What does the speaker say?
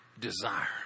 desire